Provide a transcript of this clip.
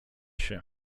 się